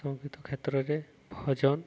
ସଙ୍ଗୀତ କ୍ଷେତ୍ରରେ ଭଜନ